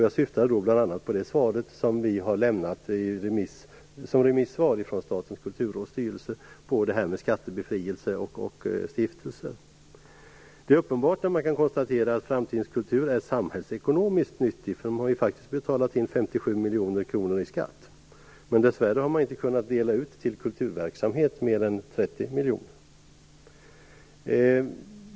Jag syftade då bl.a. på det remisssvar som vi i Statens kulturråds styrelse har lämnat när det gäller detta med skattebefrielse och stiftelser. Det är uppenbart att Framtidens kultur är samhällsekonomiskt nyttig. Den har ju faktiskt betalat in 57 miljoner kronor i skatt. Dess värre har man inte kunnat dela ut mer än 30 miljoner till kulturverksamhet.